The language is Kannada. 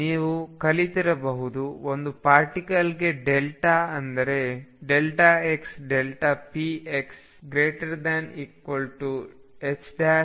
ನೀವು ಕಲಿತರಬಹುದು ಒಂದು ಪಾರ್ಟಿಕಲ್ಗೆ ಡೆಲ್ಟಾ ಅಂದರೆ xpx2